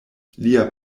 lia